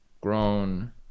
grown